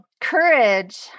Courage